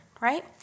right